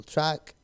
Track